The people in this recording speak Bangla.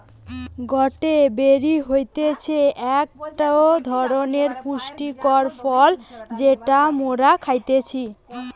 গটে বেরি হতিছে একটো ধরণের পুষ্টিকর ফল যেটা মোরা খাইতেছি